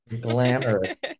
glamorous